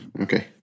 Okay